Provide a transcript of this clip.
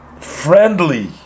friendly